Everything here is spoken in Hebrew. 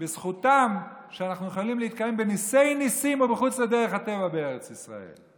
בזכותם אנחנו יכולים להתקיים בניסי-ניסים ומחוץ לדרך הטבע בארץ ישראל.